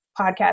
podcast